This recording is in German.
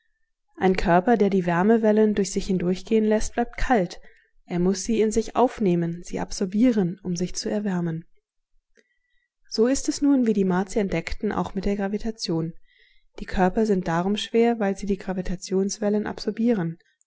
ein körper der die wärmewellen durch sich hindurchgehen läßt bleibt kalt er muß sie in sich aufnehmen sie absorbieren um sich zu erwärmen so ist es nun wie die martier entdeckten auch mit der gravitation die körper sind darum schwer weil sie die gravitationswellen absorbieren